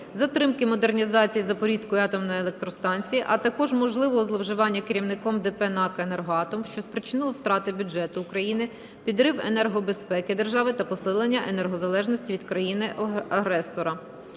затримки модернізації Запорізької атомної електростанції, а також можливого зловживання керівником ДП "НАЕК "Енергоатом", що спричинило втрати бюджету України, підрив енергобезпеки держави та посилення енергозалежності від країни-агресора.